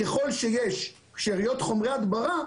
ככל שיש שאריות חומרי הדברה,